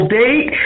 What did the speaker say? date